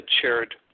shared